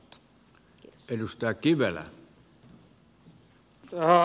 arvoisa herra puhemies